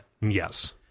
Yes